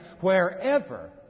wherever